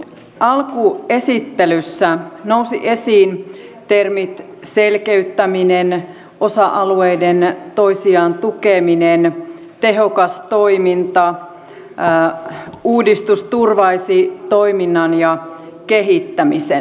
tuossa alkuesittelyssä nousivat esiin termit selkeyttäminen osa alueiden toisiaan tukeminen tehokas toiminta uudistus turvaisi toiminnan ja kehittämisen